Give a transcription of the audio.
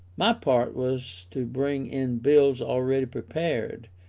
my part was to bring in bills already prepared,